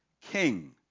king